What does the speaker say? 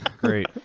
great